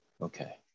okay